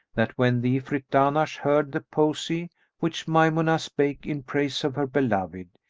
that when the ifrit dahnash heard the poesy which maymunah spake in praise of her beloved,